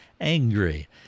angry